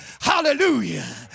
Hallelujah